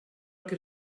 qui